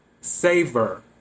savor